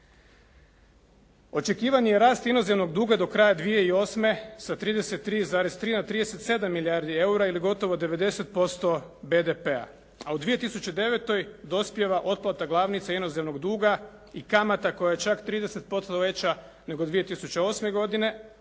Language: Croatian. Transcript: Očekivani je rast inozemnog duga do kraja 2008. sa 33,3 na 37 milijardi eura, ili gotovo 90% BDP-a, a u 2009. dospijeva otplata glavnice inozemnog duga i kamata koja je čak 30% veća nego 2008. godine